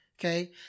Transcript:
Okay